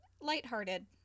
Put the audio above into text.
lighthearted